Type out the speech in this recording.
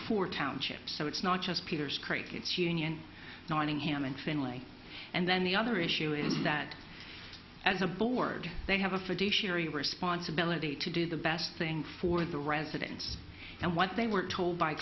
four townships so it's not just peter's creek it's union knowing him and family and then the other issue is that as a board they have a fiduciary responsibility to do the best thing for the residents and what they were told by